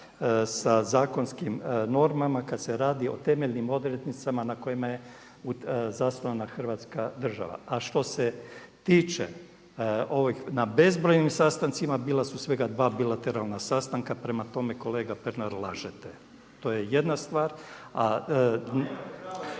sa zakonskim normama kada se radi o temeljnim odrednicama na kojima je zasnovana Hrvatska država. A što se tiče ovih na bezbrojnim sastancima, bila su svega 2 bilateralna sastanka, prema tome kolega Pernar lažete. To je jedna stvar.